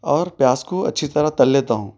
اور پیاز کو اچھی طرح تل لیتا ہوں